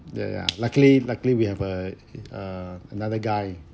yeah yeah luckily luckily we have a uh another guy